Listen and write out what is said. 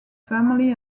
family